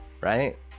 right